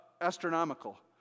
astronomical